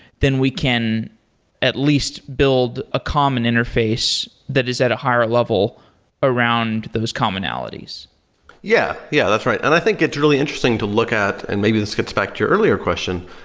then we can at least build a common interface that is at a higher level around those commonalities yeah. yeah, that's right. i think it's really interesting to look at and maybe this gets back to your earlier question,